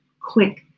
quick